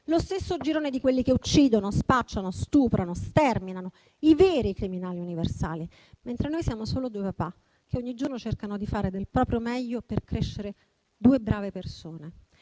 Lo stesso girone di quelli che uccidono, spacciano, stuprano, sterminano. I veri criminali universali, mentre noi siamo solo due papà, che ogni giorno cercano di fare del proprio meglio per crescere due brave persone.